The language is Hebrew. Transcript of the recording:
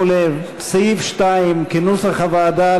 2, כנוסח הוועדה,